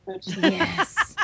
Yes